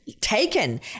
taken